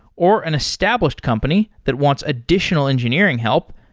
or an established company that wants additional engineering help,